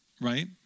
Right